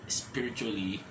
spiritually